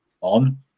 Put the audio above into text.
on